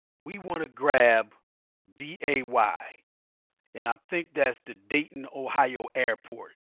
we want to grab d a y and i think that's the dayton ohio airport.